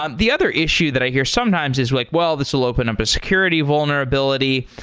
um the other issue that i hear sometimes is like, well, this will open up a security vulnerability,